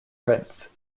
prints